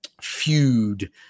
feud